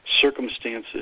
circumstances